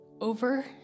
Over